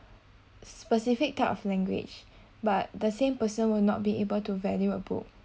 specific type of language but the same person will not be able to value a book